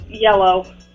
Yellow